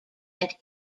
went